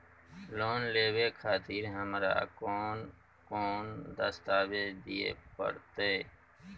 Loan लेवे खातिर हमरा कोन कौन दस्तावेज दिय परतै?